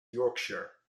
yorkshire